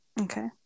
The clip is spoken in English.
okay